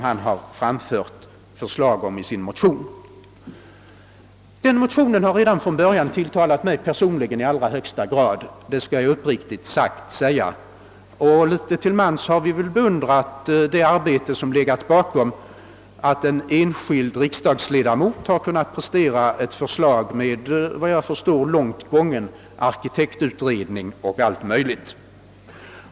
Hans motion har redan från början tilltalat mig personligen i allra högsta grad, det skall jag uppriktigt erkänna. Litet till mans har vi väl beundrat det arbete som legat bakom att en enskild riksdagsledamot har kunnat prestera ett förslag med, vad jag förstår, en långt gången arkitektutredning och allt möjligt därtill.